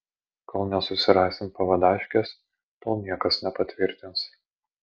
kol nesusirasim pavadaškės tol niekas nepatvirtins